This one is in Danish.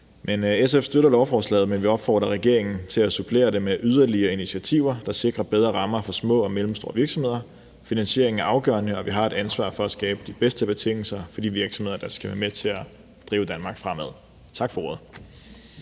SF støtter lovforslaget, men vi opfordrer regeringen til at supplere det med yderligere initiativer, der sikrer bedre rammer for små og mellemstore virksomheder. Finansieringen er afgørende, og vi har et ansvar for at skabe de bedste betingelser for de virksomheder, der skal være med til drive Danmark fremad. Tak for ordet.